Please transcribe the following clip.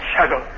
Shadow